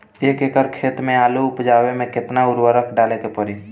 एक एकड़ खेत मे आलू उपजावे मे केतना उर्वरक डाले के पड़ी?